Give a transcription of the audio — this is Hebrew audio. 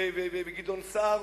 וגדעון סער,